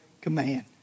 command